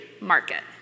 market